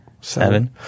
Seven